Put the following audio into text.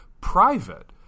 private